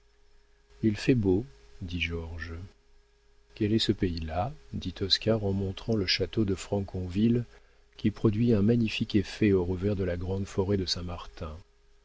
il fait beau dit georges quel est ce pays-là dit oscar en montrant le château de franconville qui produit un magnifique effet au revers de la grande forêt de saint-martin